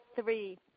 three